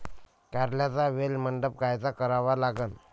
कारल्याचा वेल मंडप कायचा करावा लागन?